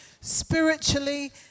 spiritually